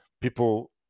people